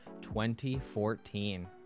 2014